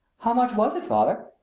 how much was it, father?